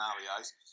scenarios